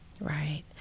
Right